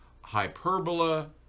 hyperbola